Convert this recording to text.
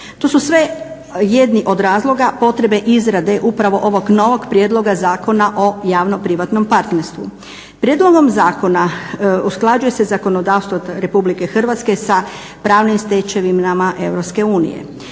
To su sve jedni od razloga potrebe izrade upravo ovog novog prijedloga Zakona o javno-privatnom partnerstvu. Prijedlogom zakona usklađuje se zakonodavstvo RH sa pravnim stečevinama EU.